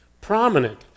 prominent